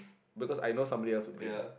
because I know somebody else would bring